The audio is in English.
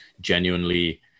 genuinely